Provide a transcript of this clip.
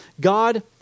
God